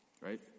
Right